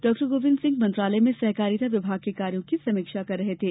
डॉ गोविंद सिंह मंत्रालय में सहकारिता विभाग के कार्यो की समीक्षा कर रहे थे